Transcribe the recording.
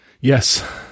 Yes